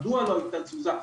מדוע לא היתה תזוזה,